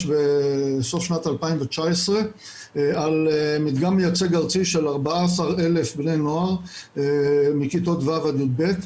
בסוף שנת 2019 על מדגם מייצג ארצי של 14,000 בני נוער מכיתות ו' עד י"ב.